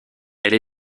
elle